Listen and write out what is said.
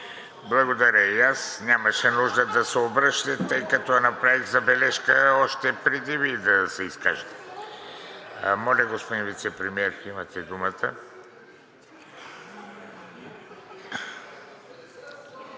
Благодаря и аз. Нямаше нужда да се обръщате, след като направих забележка още преди Вие да се изкажете. Моля, господин Вицепремиер, имате думата.